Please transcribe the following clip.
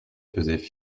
faisaient